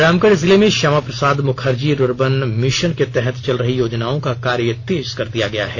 रामगढ़ जिले में Shyama Prasad Mukherjee rurban mission के तहत चल रही योजनाओं का कार्य तेज कर दिया गया है